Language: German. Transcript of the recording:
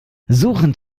suchend